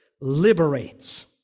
liberates